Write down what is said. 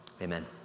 Amen